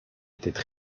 étaient